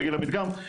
בגיל המדגם,